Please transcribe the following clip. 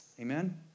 Amen